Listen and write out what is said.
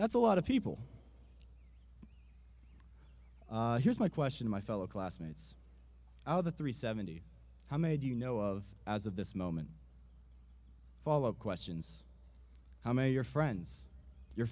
that's a lot of people here's my question my fellow classmates out of the three seventy how many do you know of as of this moment follow up questions how many your friends your